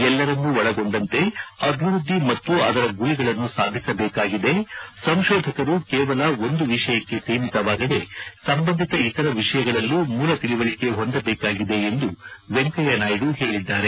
ಎಲ್ಲರನ್ನು ಒಳಗೊಂಡಂತೆ ಅಭಿವೃದ್ದಿ ಮತ್ತು ಅದರ ಗುರಿಗಳನ್ನು ಸಾಧಿಸಬೇಕಾಗಿದೆ ಸಂಶೋಧಕರು ಕೇವಲ ಒಂದು ವಿಷಯಕ್ಕೆ ಸೀಮಿತವಾಗದೆ ಸಂಬಂಧಿತ ಇತರ ವಿಷಯಗಳಲ್ಲೂ ಮೂಲ ತಿಳವಳಕೆ ಹೊಂದಬೇಕಾಗಿದೆ ಎಂದು ವೆಂಕಯ್ಕನಾಯ್ಡ ಹೇಳಿದ್ದಾರೆ